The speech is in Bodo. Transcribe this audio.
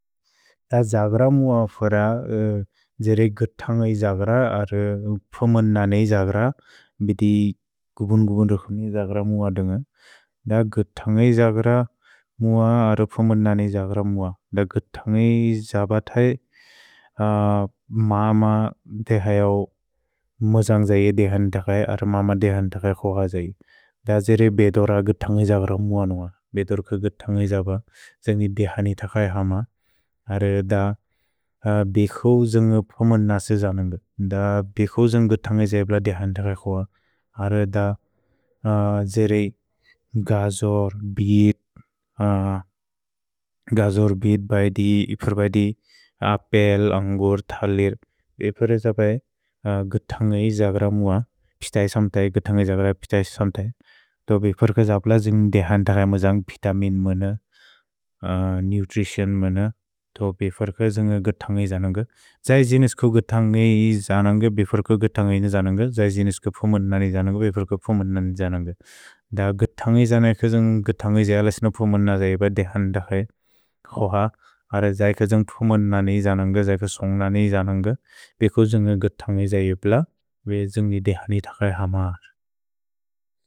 द् जग्र मुअ फुर द्जेरे ग्त्तन्गै जग्र अर् प्म्न् ननेइ जग्र, बेति गुबुन् गुबुन् रुख्नि जग्र मुअ अदुन्ग। द् ग्त्तन्गै जग्र मुअ अर् प्म्न् ननेइ जग्र मुअ। द् ग्त्तन्गै जग्र तै माम ते हैऔ मुजन्ग् जैये देहन् त क्सै अर् माम देहन् त क्सोअ जैये। द् जेरे बेतोर ग्त्तन्गै जग्र मुअ अदुन्ग। भेतोर्क ग्त्तन्गै जग्र जेन्गि देहनि त क्सै हम। अर् द बिखुजेन्गु प्म्न् नसिज् अनुन्ग। द् बिखुजेन्गु ग्त्तन्गै जग्र देहनि त क्सोअ। अर् द जेरे गजोर्, बित्, गजोर् बित् बै इपुर् बै दि अपेल्, अन्गुर्, तलेर्। इपुरे जबै ग्त्तन्गै जग्र मुअ, पितै सम्तै, ग्त्तन्गै जग्र पितै सम्तै। तो बिफुर्क जब्ल जेन्गि देहन् त क्सै मुजन्ग् बितमिन् मुन, नुत्रितिओन् मुन। तो बिफुर्क जेन्गि ग्त्तन्गै जनुन्ग। जै जेनिस्कु ग्त्तन्गै जनुन्ग, बिफुर्क ग्त्तन्गै न जनुन्ग। जै जेनिस्कु प्म्न् ननेइ जनुन्ग, बिफुर्क प्म्न् ननेइ जनुन्ग। द् ग्त्तन्गै जनैकुजेन्गु, ग्त्तन्गै जेल सिनु प्म्न् नसिज् अनुन्ग देहनि त क्सै क्सोअ। अर् जै कजुन्ग् प्म्न् ननेइ जनुन्ग, जै कजुन्ग् ननेइ जनुन्ग। भिखुजेन्गु ग्त्तन्गै जैप्ल, बे जेन्गि देहनि त क्सै हम।